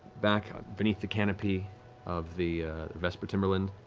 back beneath the canopy of the vesper timberland,